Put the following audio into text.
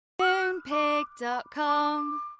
Moonpig.com